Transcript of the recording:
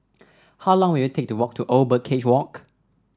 how long will it take to walk to Old Birdcage Walk